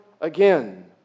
again